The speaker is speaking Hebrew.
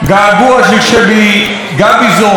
"געגוע" של שבי גביזון,